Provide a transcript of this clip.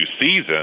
season